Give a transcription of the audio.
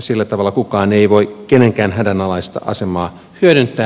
sillä tavalla kukaan ei voi kenenkään hädänalaista asemaa hyödyntää